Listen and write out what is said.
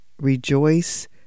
rejoice